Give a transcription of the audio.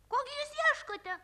ko gi jūs ieškote